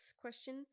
question